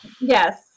yes